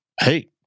hey